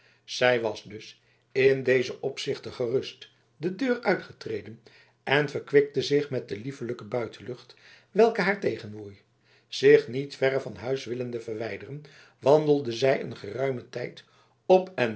zij was dus te dezen opzichte gerust de deur uitgetreden en verkwikte zich met de liefelijke buitenlucht welke haar tegenwoei zich niet verre van huis willende verwijderen wandelde zij een geruimen tijd op